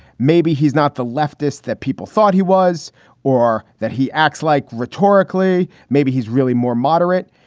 maybe he's not the leftist that people thought he was or that he acts like rhetorically. maybe he's really more moderate.